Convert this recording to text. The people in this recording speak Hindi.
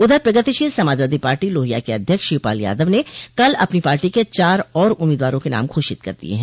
उधर प्रगतिशील समाजवादी पार्टी लोहिया के अध्यक्ष शिवपाल यादव ने कल अपनी पार्टी के चार और उम्मीदवारों के नाम घोषित कर दिये हैं